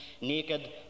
naked